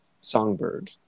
Songbird